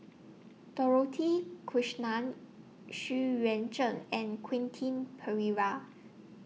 Dorothy Krishnan Xu Yuan Zhen and Quentin Pereira